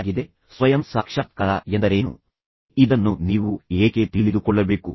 ಆದರೆ ಸ್ವಯಂ ಸಾಕ್ಷಾತ್ಕಾರ ಎಂದರೇನು ಮತ್ತು ಇದನ್ನು ನೀವು ಏಕೆ ತಿಳಿದುಕೊಳ್ಳಬೇಕು